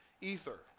ether